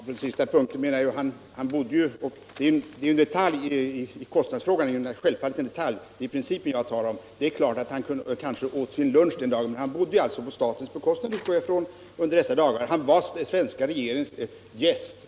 Herr talman! För att knyta an till den sista punkten vill jag säga att kostnadsfrågan självfallet är en detalj och att det är principen jag talar om. Han kanske åt sin lunch på egen bekostnad den dagen, men jag utgår från att han bodde på statens bekostnad och var svenska regeringens gäst.